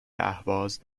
اهواز